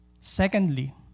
Secondly